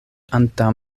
antaŭ